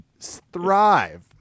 thrive